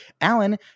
Alan